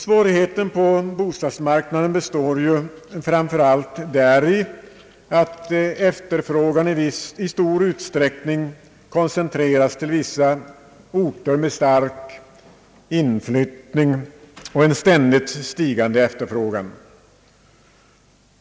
Svårigheten på bostadsmarknaden består framför allt däri att efterfrågan i stor utsträckning koncentreras till vissa orter med stark inflyttning och en ständigt stigande efterfrågan.